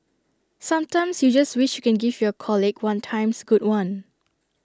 sometimes you just wish you can give your colleague one times good one